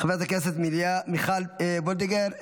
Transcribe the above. חברת הכנסת מיכל וולדיגר,